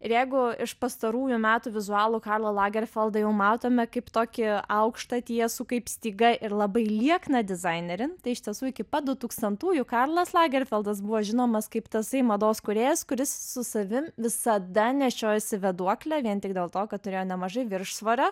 ir jeigu iš pastarųjų metų vizualų karlo lagerfeldo jau matome kaip tokį aukštą tiesų kaip styga ir labai liekną dizainerį tai iš tiesų iki pat dutūkstantųjų karlas lagerfeldas buvo žinomas kaip tasai mados kūrėjas kuris su savim visada nešiojasi vėduoklę vien tik dėl to kad turėjo nemažai viršsvorio